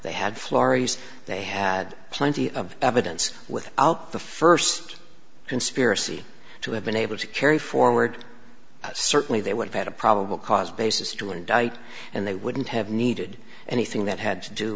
they had florrie's they had plenty of evidence without the first conspiracy to have been able to carry forward certainly they would have had a probable cause basis to indict and they wouldn't have needed anything that had to do